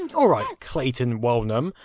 and alright clayton walnum,